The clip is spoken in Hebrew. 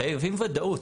חייבים ודאות.